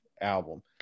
album